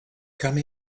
come